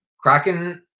Kraken